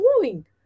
moving